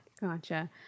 Gotcha